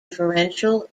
differential